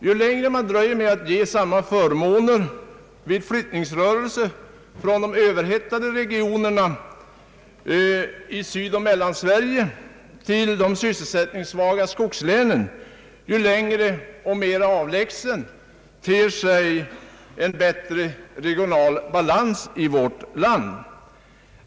Ju längre man dröjer med att ge samma förmåner vid flyttningsrörelser från de överhettade regionerna i Sydoch Mellansverige till de sysselsättningssvaga skogslänen, ju längre och mera avlägsen ter sig en bättre regional balans i vårt land.